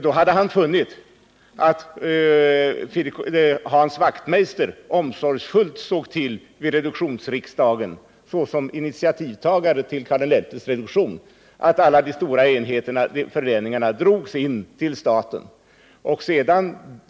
Då hade han funnit att Hans Wachtmeister omsorgsfullt såg till vid reduktionsriksdagen, såsom initiativtagare till Karl XI:s reduktion, att alla de stora förläningarna drogs in till staten.